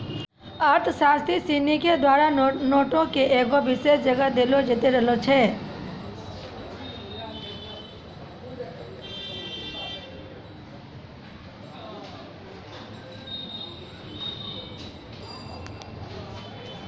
अर्थशास्त्री सिनी के द्वारा नोटो के एगो विशेष जगह देलो जैते रहलो छै